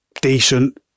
decent